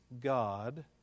God